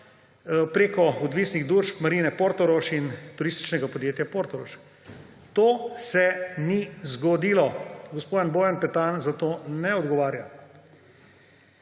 prek odvisnih družb Marine Portorož in Turističnega podjetja Portorož. To se ni zgodilo, gospod Bojan Petan za to ne odgovarja.